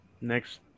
Next